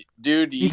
dude